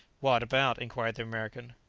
what about? inquired the american.